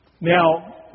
Now